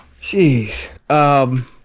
Jeez